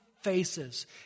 faces